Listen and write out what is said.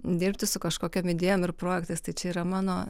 dirbti su kažkokiom idėjom ir projektais tai čia yra mano